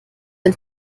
ein